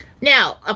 now